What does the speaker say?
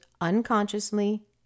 unconsciously